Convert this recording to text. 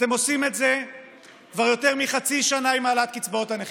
אתם עושים את זה כבר יותר מחצי שנה עם העלאת קצבאות הנכים.